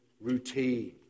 routine